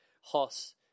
hoss